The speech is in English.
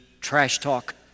trash-talk